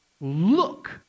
look